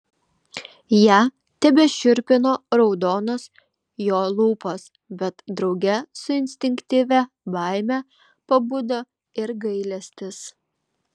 ją tebešiurpino raudonos jo lūpos bet drauge su instinktyvia baime pabudo ir gailestis